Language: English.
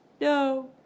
no